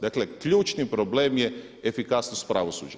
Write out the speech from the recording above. Dakle, ključni problem je efikasnost pravosuđa.